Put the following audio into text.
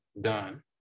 done